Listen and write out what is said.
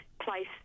place